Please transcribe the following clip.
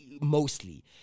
mostly